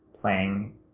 playing